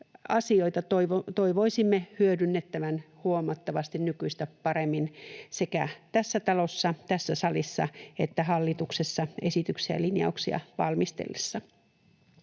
asioita toivoisimme hyödynnettävän huomattavasti nykyistä paremmin sekä tässä talossa, tässä salissa että hallituksessa esityksiä ja linjauksia valmisteltaessa.